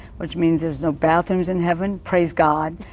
which means there's no bathrooms in heaven. praise god.